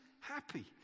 happy